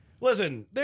Listen